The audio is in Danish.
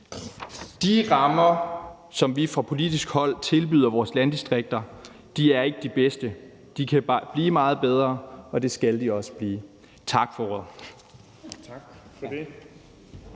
De rammer, som vi fra politisk hold tilbyder vores landdistrikter, er ikke de bedste; de kan blive meget bedre, og det skal de også blive. Tak for ordet.